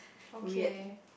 okay